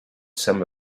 some